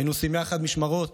היינו עושים יחד משמרות,